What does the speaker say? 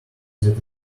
that